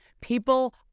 people